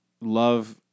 love –